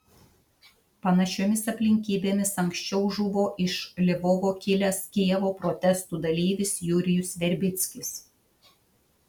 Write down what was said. panašiomis aplinkybėmis anksčiau žuvo iš lvovo kilęs kijevo protestų dalyvis jurijus verbickis